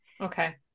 Okay